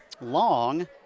long